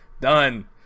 done